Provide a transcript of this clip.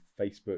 Facebook